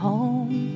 Home